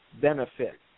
benefit